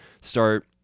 start